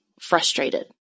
frustrated